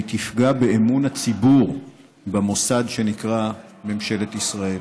והיא תפגע באמון הציבור במוסד שנקרא ממשלת ישראל.